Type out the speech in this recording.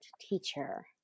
teacher